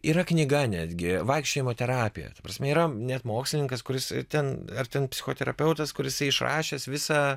yra knyga netgi vaikščiojimo terapija ta prasme yra net mokslininkas kuris ten ar ten psichoterapeutas kur jisai išrašęs visą